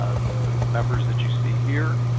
the the members that you see here